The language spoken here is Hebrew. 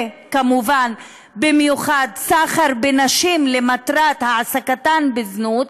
וכמובן במיוחד סחר בנשים למטרת העסקתן בזנות,